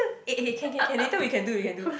eh eh can can can later we can do we can do